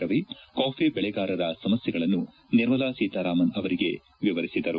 Ravi coffee ಬೆಳೆಗಾರರ ಸಮಸ್ನೆಗಳನ್ನು ನಿರ್ಮಲಾ ಸೀತಾರಾಮನ್ ಅವರಿಗೆ ವಿವರಿಸಿದರು